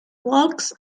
walks